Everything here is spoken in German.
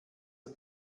und